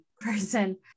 person